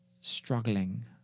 struggling